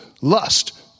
lust